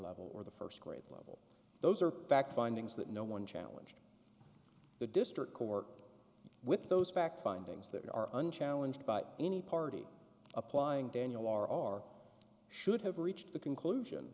level or the st grade level those are fact findings that no one challenged the district court with those fact findings that are unchallenged by any party applying daniel r are should have reached the conclusion